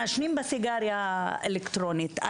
מעשנים את הסיגריה אלקטרונית.